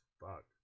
fuck